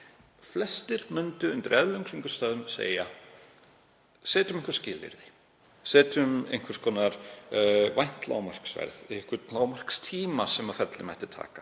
flestir myndu undir eðlilegum kringumstæðum segja: Setjum einhver skilyrði, setjum einhvers konar vænt lágmarksverð, einhvern lágmarkstíma sem ferlið mætti taka,